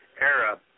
era